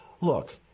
look